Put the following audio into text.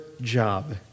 job